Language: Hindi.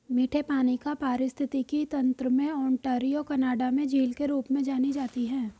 मीठे पानी का पारिस्थितिकी तंत्र में ओंटारियो कनाडा में झील के रूप में जानी जाती है